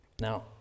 Now